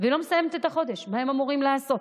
ולא מסיימת את החודש, מה היא אמורה לעשות?